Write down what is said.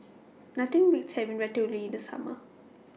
Nothing Beats having Ratatouille in The Summer